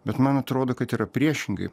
bet man atrodo kad yra priešingai